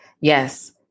Yes